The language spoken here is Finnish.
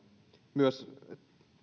myös